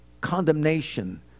condemnation